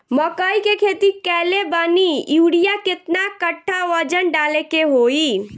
मकई के खेती कैले बनी यूरिया केतना कट्ठावजन डाले के होई?